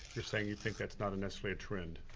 you're saying you think that's not necessarily a trend.